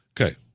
Okay